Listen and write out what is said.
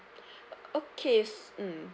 okay mm